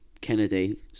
Kennedy